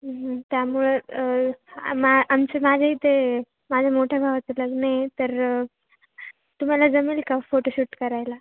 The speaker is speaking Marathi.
त्यामुळं मा आमचे माझ्या इथे माझ्या मोठ्या भावाचं लग्न आहे तर तुम्हाला जमेल का फोटोशूट करायला